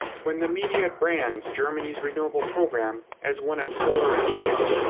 when the media brands germany's renewable program as one of solar and wind,